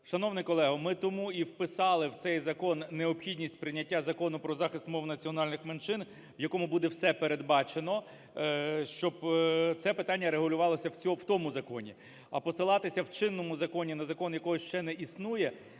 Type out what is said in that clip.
Шановний колего, ми тому і вписали в цей закон необхідність прийняття Закону про захист мов національних меншин, в якому буде все передбачено, щоб це питання регулювалося в тому законі. А посилатися в чинному законі на закон, якого ще не існує,